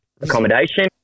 accommodation